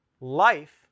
life